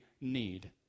need